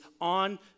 on